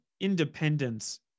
independence